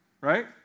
right